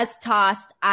tossed